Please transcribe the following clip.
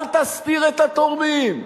אל תסתיר את התורמים,